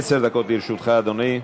עשר דקות לרשותך, אדוני.